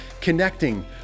connecting